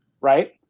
right